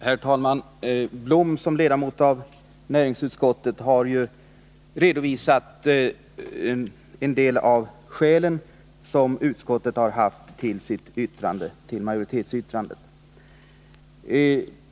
Herr talman! Lennart Blom har som ledamot av näringsutskottet redovisat en del av de skäl som utskottet har anfört för sitt ställningstagande.